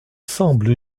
semble